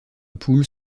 poules